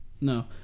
No